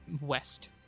West